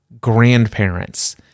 grandparents